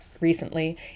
recently